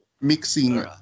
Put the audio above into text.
mixing